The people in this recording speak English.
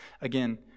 Again